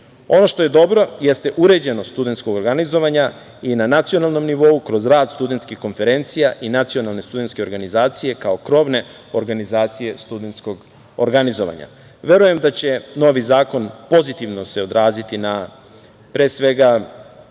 što je dobro jeste uređenost studentskog organizovanja i na nacionalnom nivou kroz rad studentskih konferencija i nacionalne studentske organizacije kao krovne organizacije studentskog organizovanja. Verujem da će se novi zakon pozitivno odraziti na pre svega